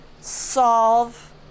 solve